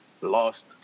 lost